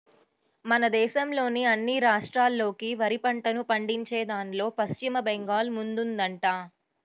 మన దేశంలోని అన్ని రాష్ట్రాల్లోకి వరి పంటను పండించేదాన్లో పశ్చిమ బెంగాల్ ముందుందంట